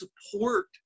support